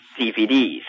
DVDs